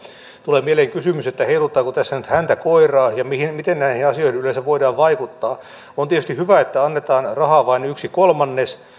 tulee mieleen kysymys että heiluttaako tässä nyt häntä koiraa ja miten näihin asioihin yleensä voidaan vaikuttaa on tietysti hyvä että annetaan rahaa vain yksi kolmannes